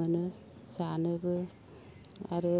मोनो जानोबो आरो